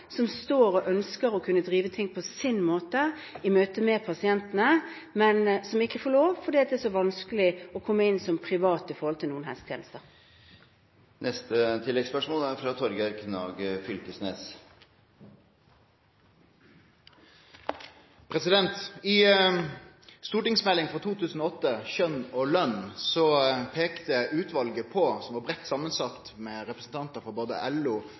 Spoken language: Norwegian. ønsker å drive ting på sin måte i møte med pasientene, men som ikke får lov, fordi det er så vanskelig å komme inn som privat når det gjelder noen helsetjenester. Torgeir Knag Fylkesnes – til oppfølgingsspørsmål. I NOU 2008: 6, Kjønn og lønn, peikte utvalet – som var breitt samansett, med representantar frå både LO,